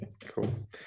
Cool